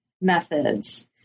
methods